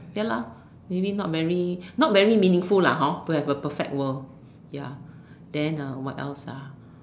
ya lah maybe not very not very meaningful lah hor to have a perfect world ya then uh what else ah